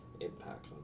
impact